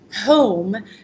home